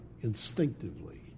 instinctively